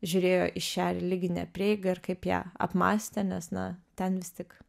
žiūrėjo į šią religinę prieigą ir kaip ją apmąstė nes na ten vis tik